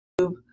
YouTube